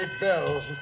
bells